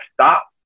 stop